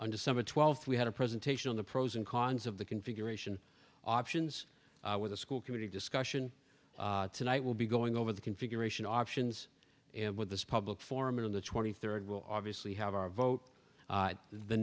on december twelfth we had a presentation on the pros and cons of the configuration options with the school committee discussion tonight will be going over the configuration options and with this public forum in the twenty third will obviously have our vote